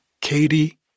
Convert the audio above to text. Katie